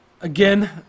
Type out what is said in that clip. again